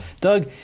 Doug